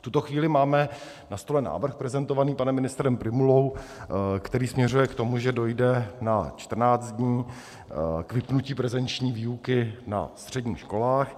V tuto chvíli máme na stole návrh prezentovaný panem ministrem Prymulou, který směřuje k tomu, že dojde na čtrnáct dní k vypnutí prezenční výuky na středních školách.